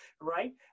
right